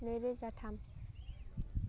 नैरोजा थाम